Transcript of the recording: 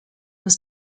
was